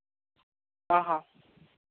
ᱚᱸᱻ ᱦᱚᱸ